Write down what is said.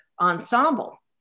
ensemble